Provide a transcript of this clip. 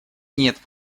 нет